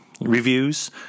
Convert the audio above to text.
reviews